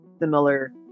Similar